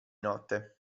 notte